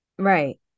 Right